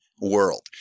world